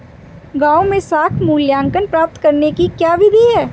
गाँवों में साख मूल्यांकन प्राप्त करने की क्या विधि है?